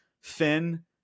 Finn